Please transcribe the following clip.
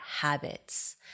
habits